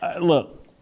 Look